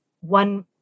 One